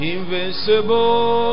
Invincible